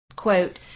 Quote